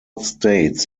states